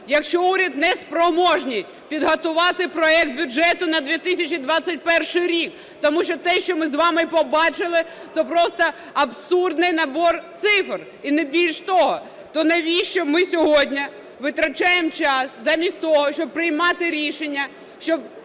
Якщо уряд не спроможний підготувати проект бюджету на 2021 рік, тому що те, що ми з вами побачили, то просто абсурдний набір цифр і не більш того, то навіщо ми сьогодні витрачаємо час замість того, щоб приймати рішення,